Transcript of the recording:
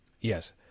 Yes